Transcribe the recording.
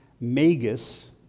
Magus